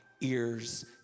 ears